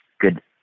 good